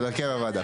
של הרכב הוועדה.